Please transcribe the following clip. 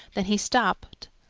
then he stopped,